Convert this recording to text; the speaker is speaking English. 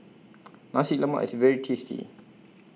Nasi Lemak IS very tasty